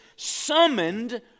summoned